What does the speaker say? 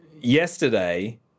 yesterday